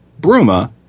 Bruma